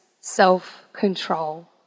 self-control